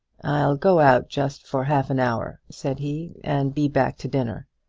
i'll go out just for half an hour, said he, and be back to dinner.